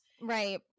Right